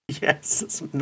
Yes